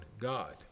God